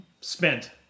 spent